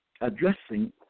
addressing